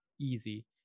easy